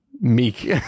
meek